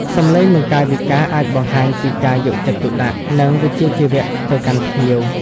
សម្លេង និងកាយវិការអាចបង្ហាញពីការយកចិត្តទុកដាក់ និងវិជ្ជាជីវៈទៅកាន់ភ្ញៀវ។